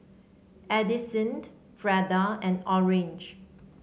Addisyn Freda and Orange